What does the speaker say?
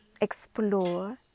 explore